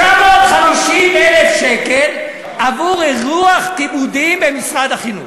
950,000 שקל עבור אירוח, כיבודים, במשרד החינוך.